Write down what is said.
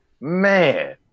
Man